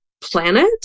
planet